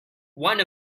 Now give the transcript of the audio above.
one